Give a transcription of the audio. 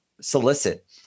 solicit